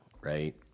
right